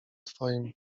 twoim